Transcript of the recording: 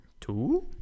Two